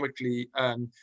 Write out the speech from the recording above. economically